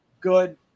good